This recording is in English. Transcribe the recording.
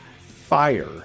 fire